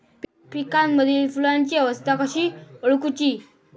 पिकांमदिल फुलांची अवस्था कशी ओळखुची?